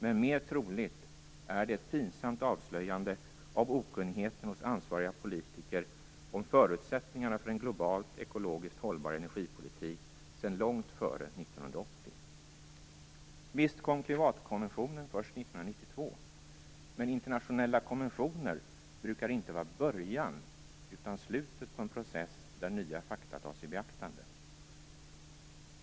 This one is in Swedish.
Men mer troligt är det ett pinsamt avslöjande av okunnigheten hos ansvariga politiker om förutsättningarna för en globalt ekologiskt hållbar energipolitik sedan långt före 1980. Visst kom klimatkonventionen först 1992. Men internationella konventioner brukar inte vara början utan slutet på en process, där nya fakta tas i beaktande.